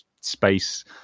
space